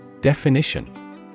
Definition